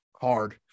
hard